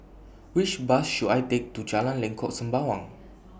Which Bus should I Take to Jalan Lengkok Sembawang